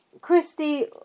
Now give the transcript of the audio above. Christy